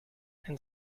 and